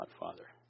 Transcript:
Godfather